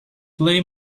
play